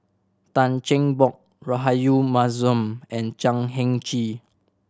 Tan Cheng Bock Rahayu Mahzam and Chan Heng Chee